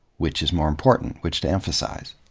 which is more important, which to emphasize.